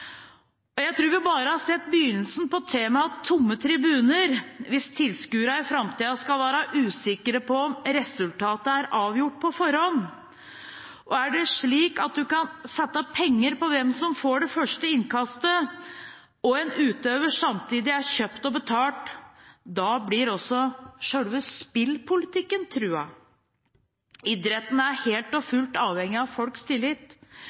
Jeg tror vi bare har sett begynnelsen på temaet «tomme tribuner» hvis tilskuerne i framtida skal være usikre på om resultatet er avgjort på forhånd. Og er det sånn at man kan sette penger på hvem som får det første innkastet, og en utøver samtidig er kjøpt og betalt, blir også selve spillpolitikken truet. Idretten er helt og fullt avhengig av folks tillit.